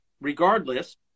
regardless